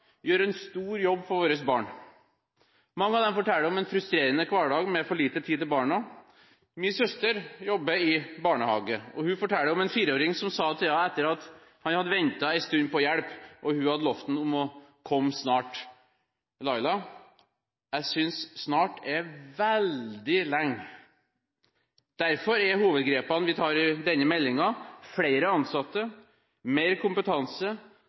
gjør en stor jobb for våre barn. Mange av dem forteller om en frustrerende hverdag med for lite tid til barna. Min søster jobber i barnehage, og hun fortalte om en fireåring som sa til henne etter at han hadde ventet på hjelp en stund, og hun hadde lovet å komme snart: «Laila, jeg synes snart er veldig lenge». Derfor er hovedgrepene vi har tatt i denne meldingen – flere ansatte, mer kompetanse